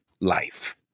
life